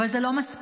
אבל זה לא מספיק.